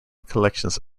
collections